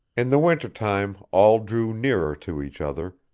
in the winter-time all drew nearer to each other,